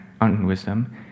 unwisdom